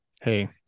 Hey